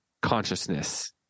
consciousness